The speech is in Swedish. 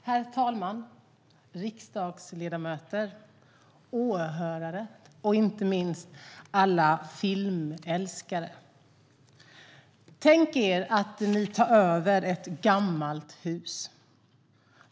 Herr talman, riksdagsledamöter, åhörare och inte minst alla filmälskare! Tänk er att ni tar över ett gammalt hus.